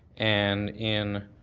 and in